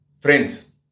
Friends